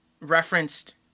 referenced